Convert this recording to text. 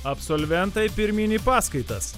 absolventai pirmyn į paskaitas